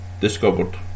discovered